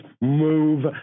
move